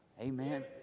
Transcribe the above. Amen